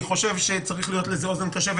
אני חושב שצריכה להיות לזה אוזן קשבת,